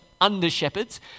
under-shepherds